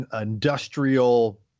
industrial